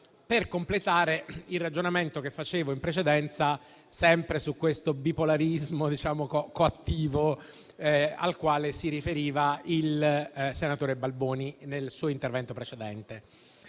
per completare il ragionamento che facevo in precedenza sul bipolarismo coattivo, al quale si riferiva il senatore Balboni nel suo intervento precedente.